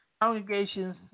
congregations